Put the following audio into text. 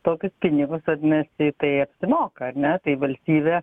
tokius pinigus vadinasi tai apsimoka ar ne tai valstybė